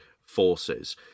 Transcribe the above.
forces